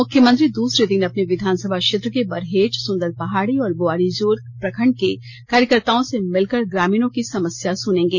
मुख्यमंत्री दूसरे दिन अपने विधानसभा क्षेत्र के बरहेट सुंदर पहाड़ी और बोआरीजोर प्रखंड के कार्यकर्ताओं से मिलकर ग्रामीणों की समस्या सुनेंगे